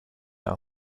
our